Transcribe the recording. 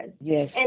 Yes